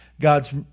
God's